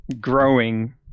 growing